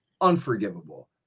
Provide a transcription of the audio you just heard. unforgivable